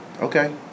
okay